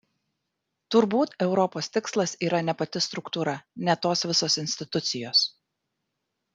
turbūt europos tikslas yra ne pati struktūra ne tos visos institucijos